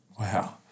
Wow